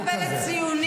לא מקבלת ציונים.